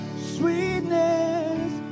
sweetness